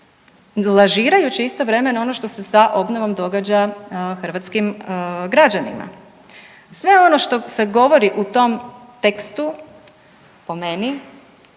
lažirajući istovremeno ono što se sa obnovom događa hrvatskim građanima. Sve ono što se govori u tom tekstu, po meni,